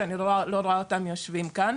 שאני לא רואה אותם יושבים כאן.